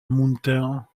mountains